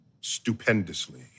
stupendously